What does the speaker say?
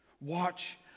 Watch